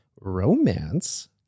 romance